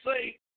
say